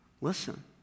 listen